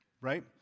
right